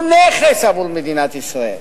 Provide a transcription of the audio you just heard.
הוא נכס עבור מדינת ישראל.